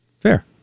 Fair